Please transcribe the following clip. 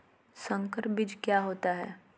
संकर बीज क्या होता है?